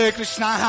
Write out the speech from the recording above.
Krishna